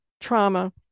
trauma